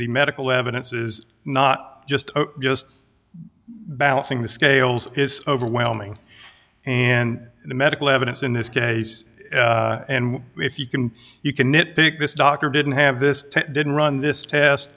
the medical evidence is not just just balancing the scales is overwhelming and the medical evidence in this case and if you can you can nit pick this doctor didn't have this didn't run this test